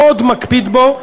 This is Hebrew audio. מאוד מקפיד בו,